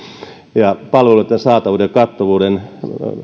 ja palveluitten saatavuuden ja kattavuuden